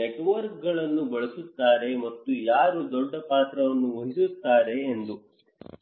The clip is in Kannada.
ನೆಟ್ವರ್ಕ್ಗಳನ್ನು ಬಳಸುತ್ತಾರೆ ಮತ್ತು ಯಾರು ದೊಡ್ಡ ಪಾತ್ರವನ್ನು ವಹಿಸುತ್ತಾರೆ ಸರಿ